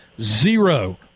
zero